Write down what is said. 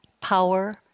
power